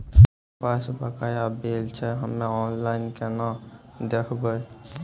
हमरा पास बकाया बिल छै हम्मे ऑनलाइन केना देखबै?